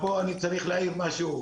פה אני צריך להעיר משהו.